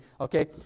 Okay